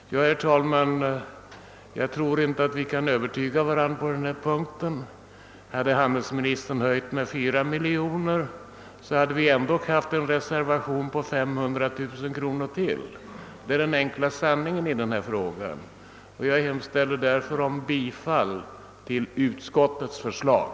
Herr talman! Jag tror inte att vi kan övertyga varandra på denna punkt. Om handelsministern hade höjt anslaget med 4 miljoner kronor, hade vi ändå haft en reservation om en ytterligare ökning med 500 000 kronor. Det är den enkla sanningen i denna fråga. Jag hemställer därför om bifall till utskottets förslag.